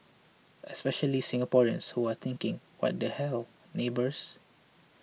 especially Singaporeans who are thinking what the hell neighbours